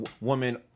woman